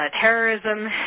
terrorism